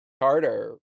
Carter